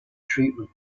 treatment